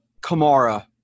Kamara